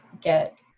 get